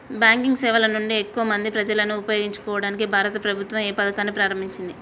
Banking సేవల నుండి ఎక్కువ మంది ప్రజలను ఉపయోగించుకోవడానికి భారత ప్రభుత్వం ఏ పథకాన్ని ప్రారంభించింది?